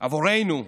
עבורנו,